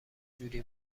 جوری